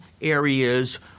areas